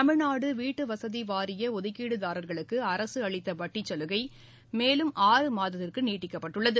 தமிழ்நாடு வீட்டுவசதி வாரிய ஒதுக்கீடுதாரர்களுக்கு அரசு அளித்த வட்டிச் சலுகை மேலும் ஆறு மாதத்திற்கு நீடிக்கப்பட்டுள்ளது